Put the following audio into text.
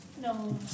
No